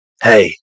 Hey